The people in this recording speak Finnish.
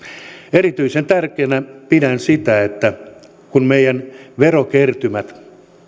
erityisen tärkeänä pidän sitä että kun meidän verokertymät